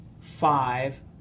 Five